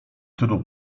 tylu